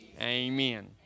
amen